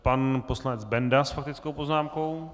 Pan poslanec Benda s faktickou poznámkou.